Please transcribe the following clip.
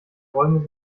räume